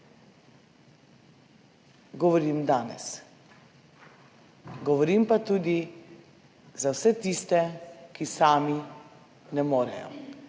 govorim, govorim pa tudi za vse tiste, ki sami ne morejo,